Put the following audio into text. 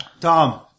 tom